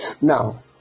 now